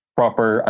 proper